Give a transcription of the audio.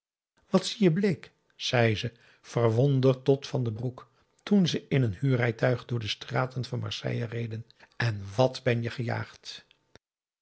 wat zie je bleek zei ze verwonderd tot van den broek toen ze in een huurrijtuig door de straten van marseille reden en wat ben je gejaagd